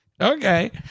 okay